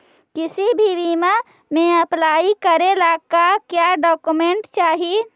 किसी भी बीमा में अप्लाई करे ला का क्या डॉक्यूमेंट चाही?